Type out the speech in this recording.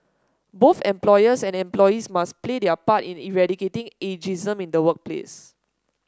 both employers and employees must play their part in eradicating ageism in the workplace